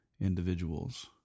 individuals